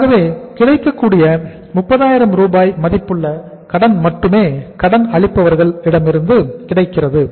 ஆகவே கிடைக்கக் கூடிய 30000 ரூபாய் மதிப்புள்ள கடன் மட்டுமே கடன் அளிப்பவர்கள் இடமிருந்து கிடைக்கிறது